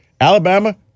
Alabama